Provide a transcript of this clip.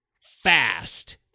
fast